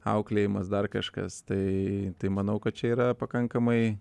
auklėjimas dar kažkas tai tai manau kad čia yra pakankamai